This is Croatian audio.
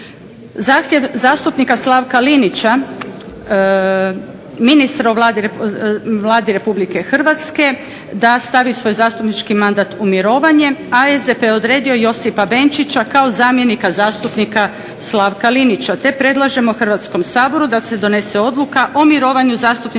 Zahtjev zastupnika Slavka Linića ministra u Vladi RH da stavi svoj zastupnički mandat u mirovanje, a SDP je odredio Josipa Benčića kao zamjenika zastupnika Slavka Linića te predlažemo Hrvatskom saboru da se donese Odluka o mirovanju zastupničkog mandata